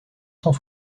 cent